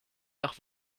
nach